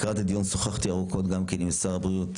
לקראת הדיון שוחחתי ארוכות עם שר הבריאות,